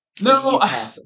No